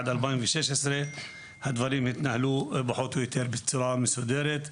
עד 2016 הדברים התנהלו פחות או יותר בצורה מסודרת.